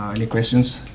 um any questions?